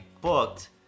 booked